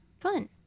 Fun